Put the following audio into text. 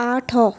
ଆଠ